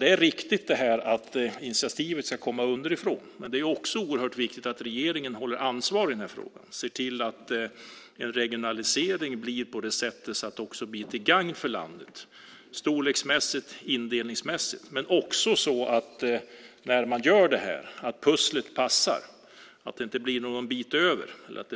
Det är riktigt att initiativet ska komma underifrån, men det är också oerhört viktigt att regeringen tar sitt ansvar i frågan och ser till att en regionalisering blir till gagn för landet, storleksmässigt och indelningsmässigt. Det gäller att få pusslet att gå ihop så att det inte blir någon bit över,